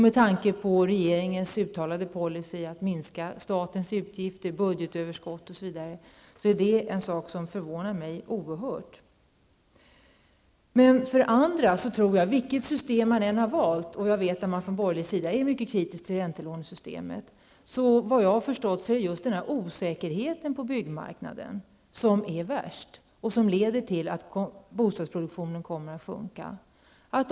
Med tanke på regeringens uttalade policy t.ex. när det gäller att minska statens utgifter och budgetunderskott förvånar det mig oerhört mycket att man gör så här. Vilket system som än väljs -- jag vet att man från borgerlig sida är mycket kritisk till räntelånesystemet -- är det, såvitt jag förstår, just osäkerheten på byggmarknaden som är värst. Det är denna som leder till en sjunkande bostadsproduktion.